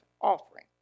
offering